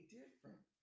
different